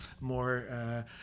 more